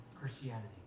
Christianity